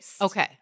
Okay